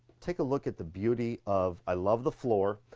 take a look at the beauty of. i love the floor.